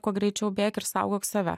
kuo greičiau bėk ir saugok save